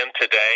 today